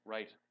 Right